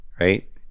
right